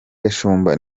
gashumba